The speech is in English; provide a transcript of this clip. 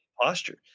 posture